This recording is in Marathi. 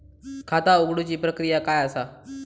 खाता उघडुची प्रक्रिया काय असा?